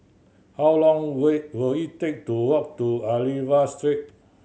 how long will will it take to walk to Aliwal Street